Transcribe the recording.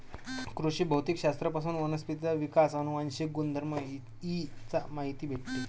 कृषी भौतिक शास्त्र पासून वनस्पतींचा विकास, अनुवांशिक गुणधर्म इ चा माहिती भेटते